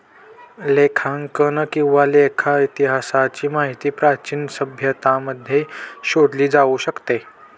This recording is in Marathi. लेखांकन किंवा लेखा इतिहासाची माहिती प्राचीन सभ्यतांमध्ये शोधली जाऊ शकते